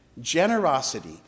generosity